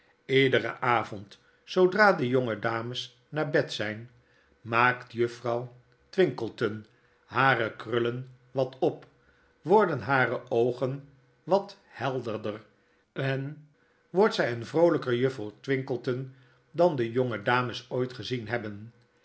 iederen avond zoodra de jonge dames naar bed zjjn maakt juffrouw twinkleton hare krullen wat op worden hare oogen wat helderder en wordt zij een vroolijker juffrouw twinkleton dan de jonge dames ooit gezien hebben